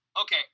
okay